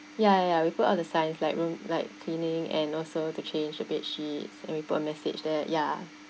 ya ya ya we put on the sign like room like cleaning and also to change the bedsheets and we put a message there ya